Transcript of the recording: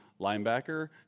linebacker